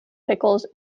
pickles